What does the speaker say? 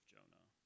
Jonah